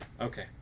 okay